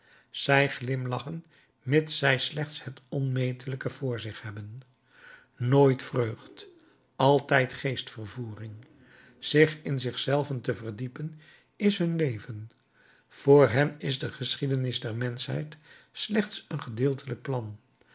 zij glimlachen mits zij slechts het onmetelijke voor zich hebben nooit vreugd altijd geestvervoering zich in zich zelven te verdiepen is hun leven voor hen is de geschiedenis der menschheid slechts een gedeeltelijk plan